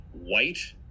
white